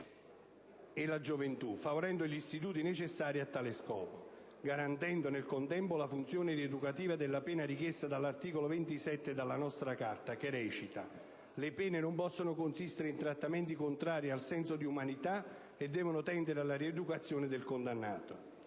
e la gioventù, favorendo gli istituti necessari a tale scopo», garantendo nel contempo la funzione rieducativa della pena richiamata dall'articolo 27 della nostra Carta, che recita: «Le pene non possono consistere in trattamenti contrari al senso di umanità e devono tendere alla rieducazione del condannato».